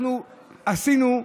אנחנו עשינו,